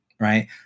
Right